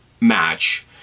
match